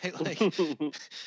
right